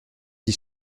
dit